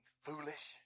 foolish